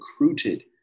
recruited